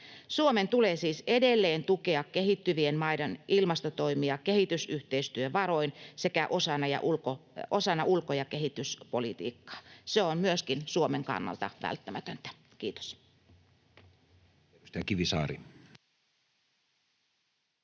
Suomen tulee siis edelleen tukea kehittyvien maiden ilmastotoimia kehitysyhteistyövaroin sekä osana ulko- ja kehityspolitiikkaa. Se on myöskin Suomen kannalta välttämätöntä. — Kiitos.